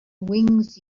wings